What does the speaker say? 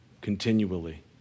continually